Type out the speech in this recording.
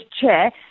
chair